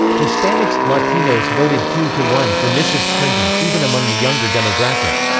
hispanics latinos voted two to one for mrs. clinton, even among the younger demographic.